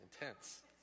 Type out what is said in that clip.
intense